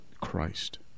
Christ